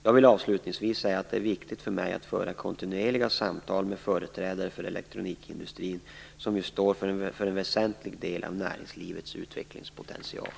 Jag vill avslutningsvis säga att det är viktigt för mig att föra kontinuerliga samtal med företrädare för elektronikindustrin, som ju står för en väsentlig del av näringslivets utvecklingspotential.